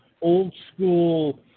old-school